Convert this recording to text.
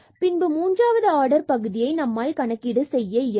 பின்பு மூன்றாவது ஆர்டர் பகுதியை நம்மால் கணக்கீடு செய்ய இயலும்